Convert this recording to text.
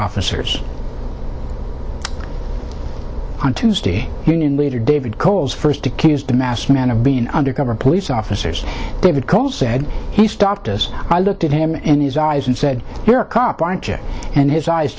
officers on tuesday union leader david coles first accused a masked man of being undercover police officers david cole said he stopped as i looked at him and his eyes and said you're a cop aren't you and his eyes